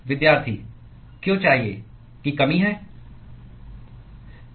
क्यों चाहिए की कमी है